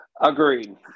Agreed